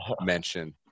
mention